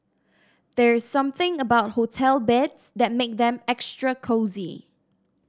there's something about hotel beds that makes them extra cosy